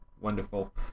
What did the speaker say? wonderful